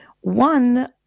One